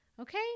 okay